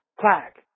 clack